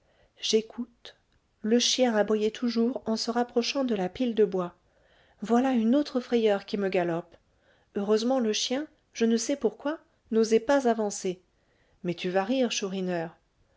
j'écoute le chien aboyait toujours en se rapprochant de la pile de bois voilà une autre frayeur qui me galope heureusement le chien je ne sais pourquoi n'osait pas avancer mais tu vas rire chourineur